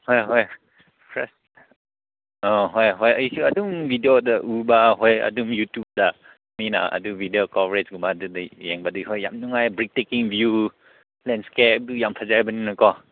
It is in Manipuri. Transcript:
ꯍꯣꯏ ꯍꯣꯏ ꯐꯔꯦ ꯑꯣ ꯍꯣꯏ ꯍꯣꯏ ꯑꯩꯁꯨ ꯑꯗꯨꯝ ꯕꯤꯗꯤꯑꯣꯗ ꯎꯕ ꯍꯣꯏ ꯑꯗꯨꯝ ꯌꯨꯇꯨꯞꯇ ꯃꯤꯅ ꯑꯗꯨ ꯕꯤꯗꯤꯑꯣ ꯀꯧꯔꯦ ꯁꯤꯒꯨꯃꯕ ꯑꯗꯨꯗꯩ ꯌꯦꯡꯕꯗꯤ ꯍꯣꯏ ꯌꯥꯝ ꯅꯨꯡꯉꯥꯏ ꯕ꯭ꯔꯤꯠ ꯇꯦꯀꯤꯡ ꯕ꯭ꯌꯨ ꯂꯦꯟꯏꯁꯀꯦꯞ ꯌꯥꯝ ꯐꯖꯕꯅꯤꯅꯀꯣ